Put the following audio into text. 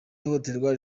ihohoterwa